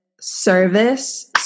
service